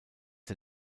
der